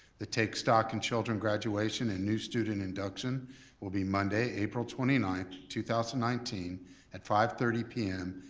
the take stock in children graduation and new student induction will be monday, april twenty ninth, two thousand and nineteen at five thirty p m.